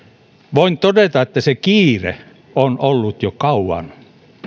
voin todeta että se kiire on ollut jo kauan